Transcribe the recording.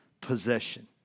possession